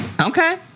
Okay